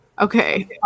Okay